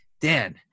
Dan